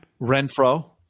Renfro